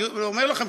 אני אומר לכם,